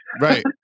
Right